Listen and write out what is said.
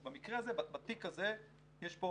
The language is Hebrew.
אז במקרה הזה, בתיק הזה, יש פה